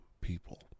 people